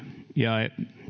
ja